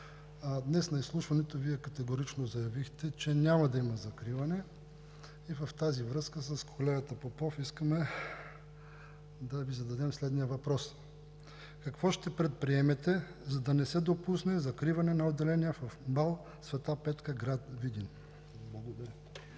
Днес на изслушването Вие категорично заявихте, че няма да има закриване. В тази връзка с колегата Попов искаме да Ви зададем следния въпрос: какво ще предприемете, за да не се допусне закриване на отделения в УМБАЛ „Св. Петка“ – град Видин?